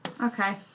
Okay